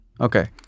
Okay